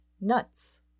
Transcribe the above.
Nuts